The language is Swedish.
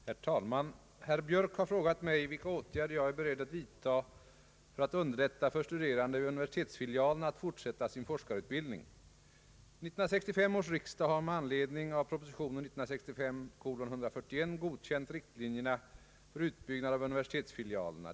Herr talman! Herr Björk har frågat mig vilka åtgärder jag är beredd att vidtaga för att underlätta för studerande vid universitetsfilialerna att fortsätta till forskarutbildning. 1965 års riksdag har med anledning av proposition 1965:141 godkänt riktlinjerna för utbyggnad av universitetsfilialerna.